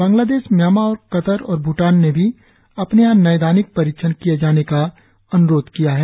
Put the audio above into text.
Bangladesh Myanmar Qatar और भूटान ने भी अपने यहां नैदानिक परीक्षण किए जाने का अन्रोध किया है